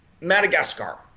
Madagascar